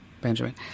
Benjamin